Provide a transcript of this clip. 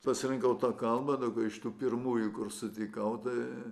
pasirinkau tą kalbą daugiau iš tų pirmųjų kur sutikau tai